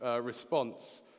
response